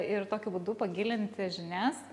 ir tokiu būdu pagilinti žinias